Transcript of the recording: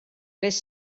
les